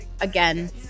Again